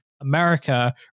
America